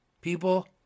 People